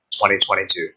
2022